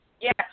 Yes